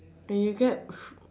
they wrap